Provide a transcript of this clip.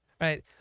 right